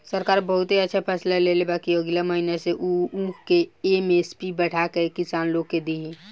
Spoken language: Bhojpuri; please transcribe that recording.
सरकार बहुते अच्छा फैसला लेले बा कि अगिला महीना से उ ऊख के एम.एस.पी बढ़ा के किसान लोग के दिही